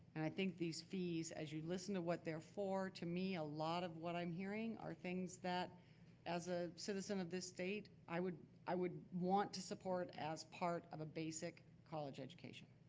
and i think these fees, as you listen to what they're for, to me a lot of what i'm hearing are things that as a citizen of this state, i would i would want to support as part of a basic college education.